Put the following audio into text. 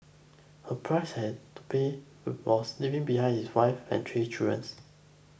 a price had to pay were was leaving behind his wife and three children